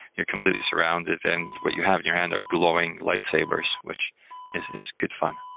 you're completely surrounded, and what you have in your hand are glowing lightsabers, which is is good fun.